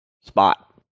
spot